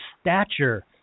stature